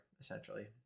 essentially